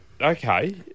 okay